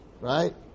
right